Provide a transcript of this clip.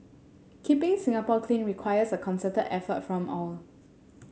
keeping Singapore clean requires a concerted effort from all